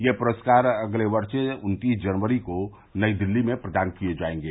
ये पुरस्कार अगले वर्ष उन्तीस जनवरी को नई दिल्ली में प्रदान किए जायेंगे